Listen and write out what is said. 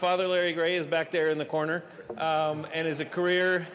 father larry gray is back there in the corner and as a career